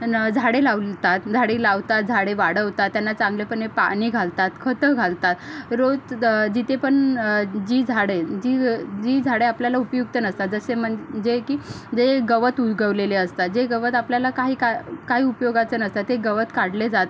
ना झाडे लावतात झाडे लावतात झाडे वाढवतात त्यांना चांगलेपणाने पाणी घालतात खतं घालतात रोज जिथे पण जी झाडे जी जी झाडे आपल्याला उपयुक्त नसतात जसे म्हणजे की जे गवत उगवलेले असतात जे गवत आपल्याला काही का काही उपयोगाचं नसतात ते गवत काढले जाते